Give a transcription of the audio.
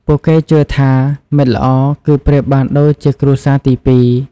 ពួកគេជឿថា មិត្តល្អគឺប្រៀបបានដូចជាគ្រួសារទីពីរ។